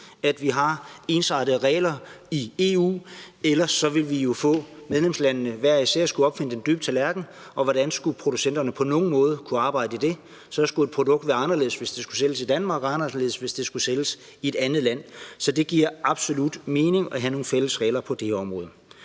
at vi har ensartede regler i EU. Ellers ville det jo være sådan, at medlemslandene hver især skulle opfinde den dybe tallerken, og hvordan skulle producenterne på nogen måde kunne arbejde i det? Så skulle et produkt være på én måde, hvis det skulle sælges i Danmark, og på en anden måde, hvis det skulle sælges i et andet land. Så det giver absolut mening at have nogle fælles regler på det her område.